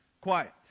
quiet